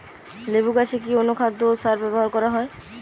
লেবু গাছে কি অনুখাদ্য ও সার ব্যবহার করা হয়?